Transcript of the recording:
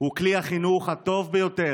הוא כלי החינוך הטוב ביותר,